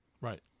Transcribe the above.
Right